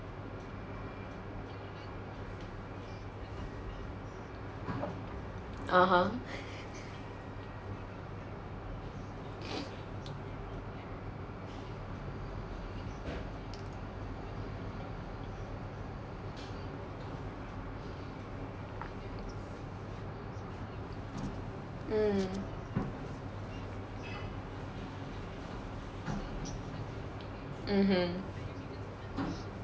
(uh huh) mm mmhmm